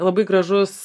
labai gražus